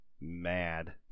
mad